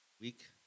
week